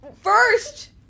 first